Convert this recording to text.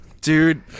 Dude